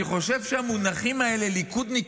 אני חושב שהמונחים האלה ליכודניק,